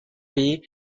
payer